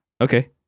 okay